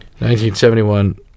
1971